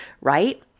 right